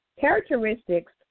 Characteristics